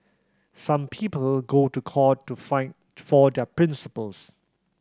some people go to court to fight for their principles